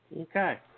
Okay